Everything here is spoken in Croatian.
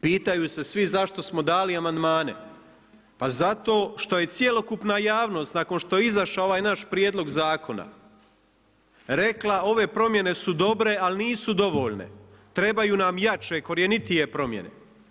Pitaju se svi zašto smo dali amandmane, pa zato što je cjelokupna javnost nakon što je izašao ovaj naš prijedlog zakona rekla, ove promjene su dobre ali nisu dovoljne, trebaju nam jače, korjenitije promjene.